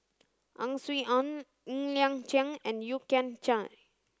Ang Swee Aun Ng Liang Chiang and Yeo Kian Chai